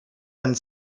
and